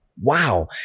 wow